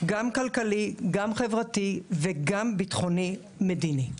גם כלכלי, גם חברתי וגם ביטחוני-מדיני.